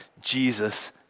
Jesus